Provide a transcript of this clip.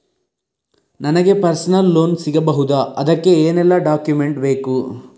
ನನಗೆ personal loan ಸಿಗಬಹುದ ಅದಕ್ಕೆ ಏನೆಲ್ಲ ಡಾಕ್ಯುಮೆಂಟ್ ಬೇಕು?